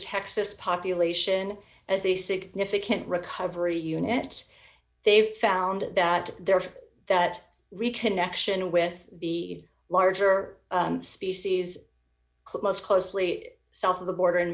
texas population as a significant recovery unit they've found that there is that reconnection with the larger species most closely south of the border in